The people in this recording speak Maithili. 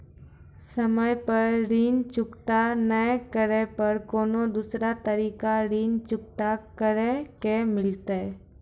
समय पर ऋण चुकता नै करे पर कोनो दूसरा तरीका ऋण चुकता करे के मिलतै?